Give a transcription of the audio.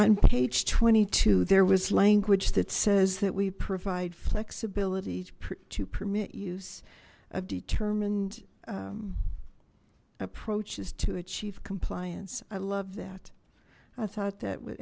on page twenty two there was language that says that we provide flexibility to permit use of determined approaches to achieve compliance i love that i thought that we